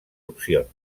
opcions